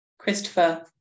Christopher